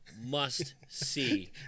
must-see